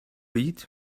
eat